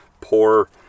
poor